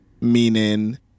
meaning